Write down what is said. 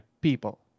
people